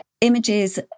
images